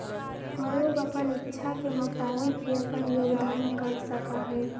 लोग अपन इच्छा के मुताबिक ही अपन योगदान कर सका हई